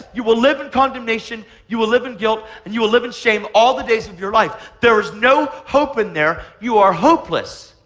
you will live in condemnation. you will live in guilt, and you will live in shame all the days of your life. there is no hope in there. you are hopeless.